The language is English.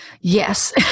yes